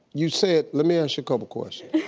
you said, let me ask you a couple questions.